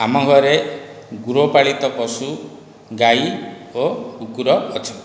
ଆମ ଘରେ ଗୃହପାଳିତ ପଶୁ ଗାଈ ଓ କୁକୁର ଅଛନ୍ତି